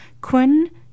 Quinn